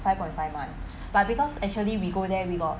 five point five month but because actually we go there we got